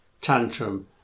tantrum